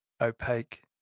opaque